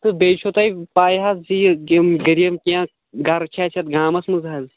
تہٕ بیٚیہِ چھُو تۄہہِ پَے حظ زِ یہِ یِم غریٖب کیٚنٛہہ گرٕ چھ اَسہِ یتھ گامس منٛز حظ